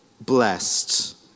blessed